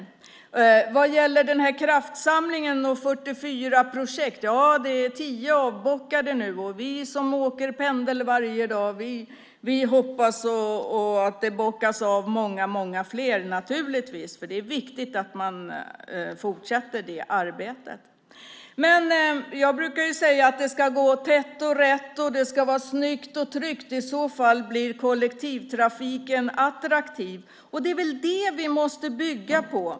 Sedan var det frågan om Kraftsamling och 44 projekt. Tio är nu avbockade. Vi som åker pendel varje dag hoppas naturligtvis att många fler ska bockas av. Det är viktigt att fortsätta det arbetet. Jag brukar säga att det ska gå tätt och rätt och att det ska vara snyggt och tryggt. I så fall blir kollektivtrafiken attraktiv. Det är väl det vi måste bygga på.